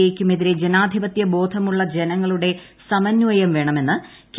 എയ്ക്കും എതിരെ ജനാധിപത്യ ബോധമുള്ള ജനങ്ങളുടെ സമന്വയം വേണമെന്ന് കെ